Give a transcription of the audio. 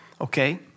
okay